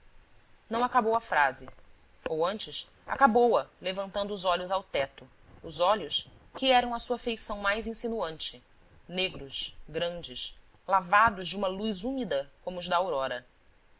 não acabou a frase ou antes acabou a levantando os olhos ao teto os olhos que eram a sua feição mais insinuante negros grandes lavados de uma luz úmida como os da aurora